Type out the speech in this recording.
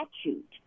statute